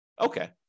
Okay